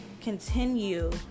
continue